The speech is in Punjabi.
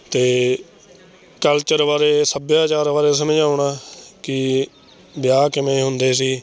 ਅਤੇ ਕਲਚਰ ਬਾਰੇ ਸੱਭਿਆਚਾਰ ਬਾਰੇ ਸਮਝਾਉਣਾ ਕਿ ਵਿਆਹ ਕਿਵੇਂ ਹੁੰਦੇ ਸੀ